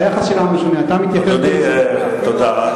היחס שלנו שונה, אדוני, תודה.